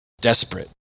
Desperate